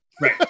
Right